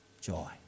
joy